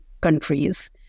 countries